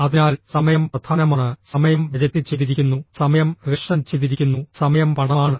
അതിനാൽ സമയം പ്രധാനമാണ് സമയം ബജറ്റ് ചെയ്തിരിക്കുന്നു സമയം റേഷൻ ചെയ്തിരിക്കുന്നു സമയം പണമാണ്